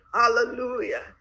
hallelujah